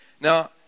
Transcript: Now